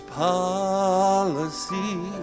policy